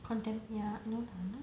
contemporary ya no தான:thaana